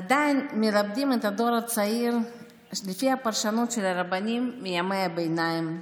עדיין מלמדים את הדור הצעיר לפי הפרשנות של הרבנים מימי הביניים.